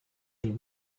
mean